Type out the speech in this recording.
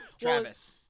Travis